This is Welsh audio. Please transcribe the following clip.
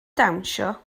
dawnsio